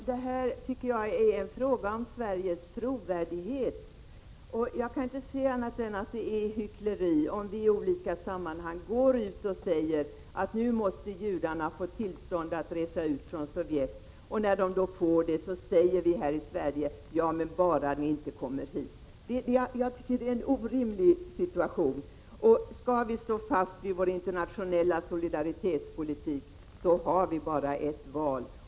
Herr talman! Jag tycker att detta är en fråga som gäller Sveriges trovärdighet. Jag kan inte se annat än att agerandet är hyckleri. Vi kan inte först gå ut och säga i olika sammanhang att judarna måste få tillstånd att resa ut från Sovjet för att sedan, när några människor får tillstånd att göra det, säga: Bara ni inte kommer hit till Sverige! Jag tycker det är ett orimligt agerande. Skall vi stå fast vid vår internationella solidaritetspolitik, har vi bara ett val.